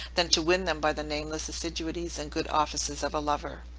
than to win them by the nameless assiduities and good offices of a lover.